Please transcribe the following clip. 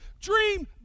dream